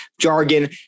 jargon